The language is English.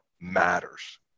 matters